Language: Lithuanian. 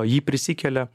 jį prisikelia